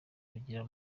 rugira